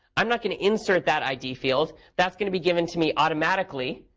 i'm not going to insert that id field. that's going to be given to me automatically,